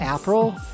April